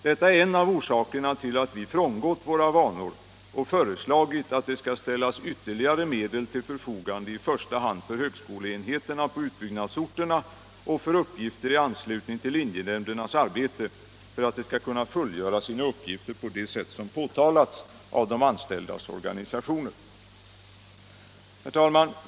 Detta är en av 7” orsakerna till att vi frångått våra vanor och föreslagit att det skall ställas ytterligare medel till förfogande i första hand för högskoleenheterna på utbyggnadsorterna och för uppgifter i anslutning till linjenämndernas arbete för att de skall kunna fullgöra sina uppgifter på det sätt som angivits av de anställdas organisationer. Herr talman!